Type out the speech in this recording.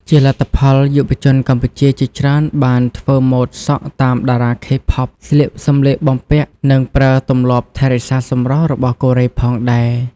ជាលទ្ធផល យុវជនកម្ពុជាជាច្រើនបានធ្វើម៉ូដសក់តាមតារា K-pop ស្លៀកសម្លៀកបំពាក់ និងប្រើទម្លាប់ថែរក្សាសម្រស់របស់កូរ៉េផងដែរ។